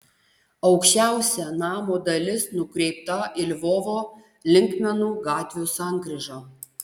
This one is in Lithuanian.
aukščiausia namo dalis nukreipta į lvovo linkmenų gatvių sankryžą